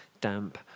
damp